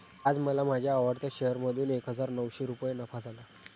आज मला माझ्या आवडत्या शेअर मधून एक हजार नऊशे रुपये नफा झाला